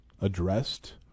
addressed